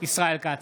ישראל כץ,